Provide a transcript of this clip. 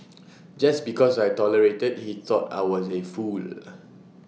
just because I tolerated he thought I was A fool